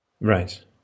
Right